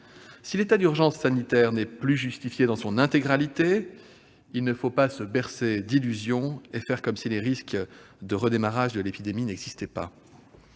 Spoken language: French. de l'état d'urgence sanitaire n'est plus justifiée, il ne faut pas nous bercer d'illusions et faire comme si les risques de redémarrage de l'épidémie n'existaient pas.